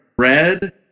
Red